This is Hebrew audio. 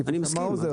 אמר האוזר,